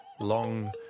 long